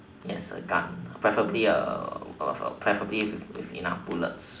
yes a gun preferably err preferably with enough bullets